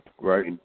Right